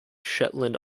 shetland